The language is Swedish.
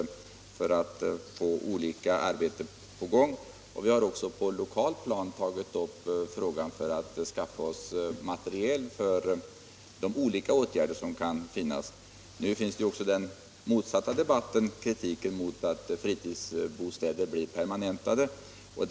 Vi har också på det lokala planet tagit upp frågan för att skaffa oss material för de olika åtgärder som kan behöva vidtagas. Nu förekommer också den motsatta debatten, nämligen kritik mot att fritidsbostäder blir permanentbostäder.